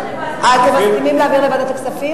אתם מסכימים להעביר לוועדת הכספים,